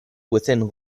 within